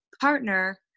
partner